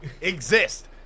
Exist